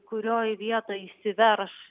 kurioj vietoj išsiverš